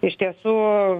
iš tiesų